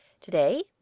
TODAY